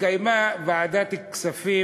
התקיימה ישיבה של ועדת כספים,